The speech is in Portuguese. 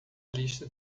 lista